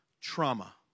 trauma